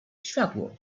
światło